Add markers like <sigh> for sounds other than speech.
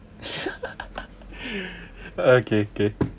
<laughs> okay okay